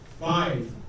Five